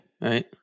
right